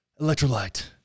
Electrolyte